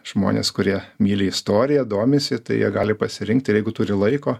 žmonės kurie myli istoriją domisi tai jie gali pasirinkt ir jeigu turi laiko